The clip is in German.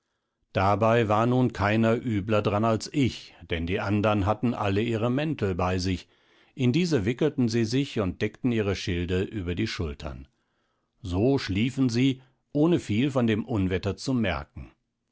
dabei war nun keiner übler daran als ich denn die andern hatten alle ihre mäntel bei sich in diese wickelten sie sich und deckten ihre schilde über die schultern so schliefen sie ohne viel von dem unwetter zu merken